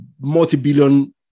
multi-billion